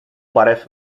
barev